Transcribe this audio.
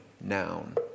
noun